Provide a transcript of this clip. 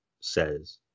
says